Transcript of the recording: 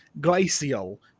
glacial